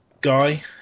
guy